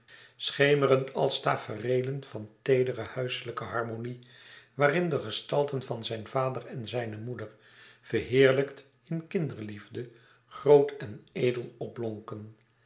schemerend als tafereelen van teedere huislijke harmonie waarin de gestalten van zijn vader en zijne moeder verheerlijkt in kinderliefde groot en edel opblonken